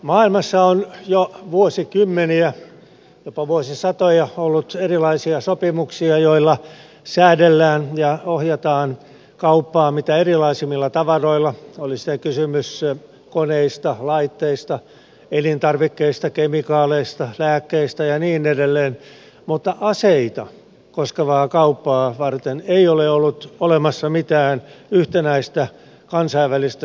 maailmassa on jo vuosikymmeniä jopa vuosisatoja ollut erilaisia sopimuksia joilla säädellään ja ohjataan kauppaa mitä erilaisimmilla tavaroilla oli sitten kysymys koneista laitteista elintarvikkeista kemikaaleista lääkkeistä ja niin edelleen mutta aseita koskevaa kauppaa varten ei ole ollut olemassa mitään yhtenäistä kansainvälistä säännöstöä